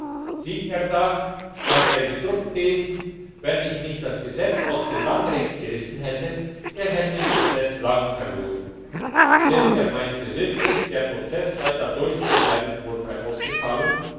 sieht er da kann er gedruckt lesen wenn ich nicht das gesetz aus dem landrecht gerissen hätte er hätt den prozess lang verloren denn er meinte wirklich der prozess sei dadurch zu seinem vorteil ausgefallen